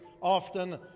often